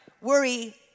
worry